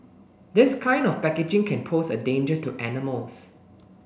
this kind of packaging can pose a danger to animals